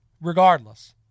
regardless